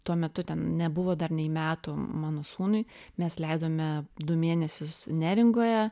tuo metu ten nebuvo dar nei metų mano sūnui mes leidome du mėnesius neringoje